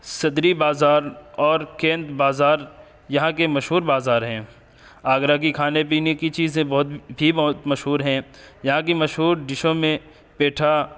صدری بازار اور کیندر بازار یہاں کے مشہور بازار ہیں آگرہ کی کھانے پینے کی چیزیں بہت بھی بہت مشہور ہیں یہاں کی مشہور ڈشوں میں پیٹھا